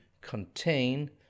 contain